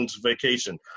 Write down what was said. Vacation